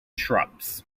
shrubs